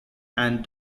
and